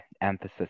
emphasis